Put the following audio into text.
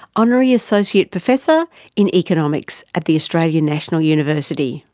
honorary associate professor in economics at the australian national university.